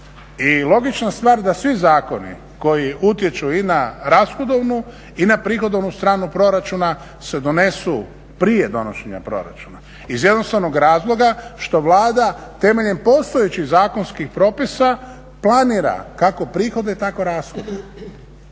logična stvar da svi zakoni koji utječu i na rashodovnu i na prihodovnu stranu proračuna se donesu prije donošenja proračuna. Iz jednostavnog razloga što Vlada temeljem postojećih zakonskih propisa planira kako prihode tako rashode.